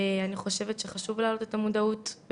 אני חושבת שחשוב להעלות את המודעות,